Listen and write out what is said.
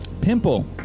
Pimple